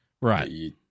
Right